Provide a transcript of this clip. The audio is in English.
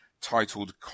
titled